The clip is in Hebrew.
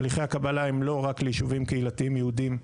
הליכי הקבלה הם לא רק ליישובים קהילתיים יהודיים.